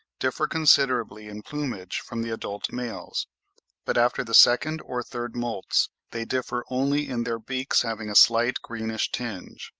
differ considerably in plumage from the adult males but after the second or third moults they differ only in their beaks having a slight greenish tinge.